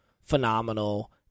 phenomenal